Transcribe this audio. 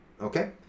okay